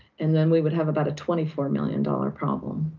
and then we would have about a twenty four million dollars problem.